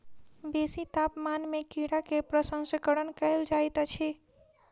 बेसी तापमान में कीड़ा के प्रसंस्करण कयल जाइत अछि